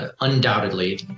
undoubtedly